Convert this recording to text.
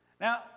Now